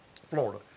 Florida